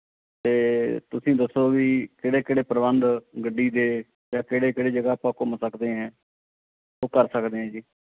ਅਤੇ ਤੁਸੀਂ ਦੱਸੋ ਵੀ ਕਿਹੜੇ ਕਿਹੜੇ ਪ੍ਰਬੰਧ ਗੱਡੀ ਦੇ ਜਾਂ ਕਿਹੜੀ ਕਿਹੜੀ ਜਗ੍ਹਾ ਆਪਾਂ ਘੁੰਮ ਸਕਦੇ ਹਾਂ ਉਹ ਕਰ ਸਕਦੇ ਹਾਂ ਜੀ